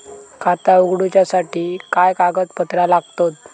खाता उगडूच्यासाठी काय कागदपत्रा लागतत?